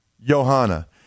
Johanna